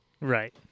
Right